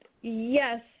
Yes